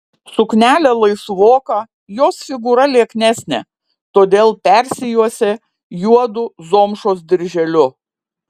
suknelė laisvoka jos figūra lieknesnė todėl persijuosė juodu zomšos dirželiu